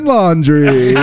Laundry